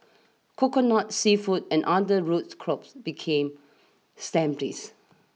coconut seafood and other root crops became staples